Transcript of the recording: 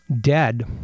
dead